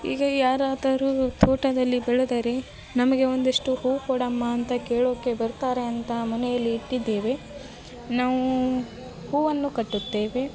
ಈಗ ಯಾರಾದರೂ ತೋಟದಲ್ಲಿ ಬೆಳೆದರೆ ನಮಗೆ ಒಂದಷ್ಟು ಹೂ ಕೊಡಮ್ಮ ಅಂತ ಕೇಳೋಕ್ಕೆ ಬರ್ತಾರೆ ಅಂತ ಮನೆಯಲ್ಲಿ ಇಟ್ಟಿದ್ದೇವೆ ನಾವು ಹೂವನ್ನು ಕಟ್ಟುತ್ತೇವೆ